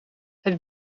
het